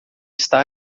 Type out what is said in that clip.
está